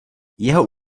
jeho